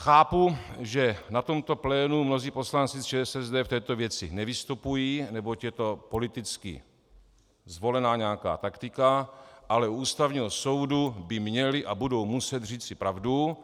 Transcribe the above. Chápu, že na tomto plénu mnozí poslanci z ČSSD v této věci nevystupují, neboť je to politicky zvolená nějaká taktika, ale u Ústavního soudu by měli a budou muset říci pravdu.